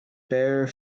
bare